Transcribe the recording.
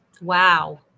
Wow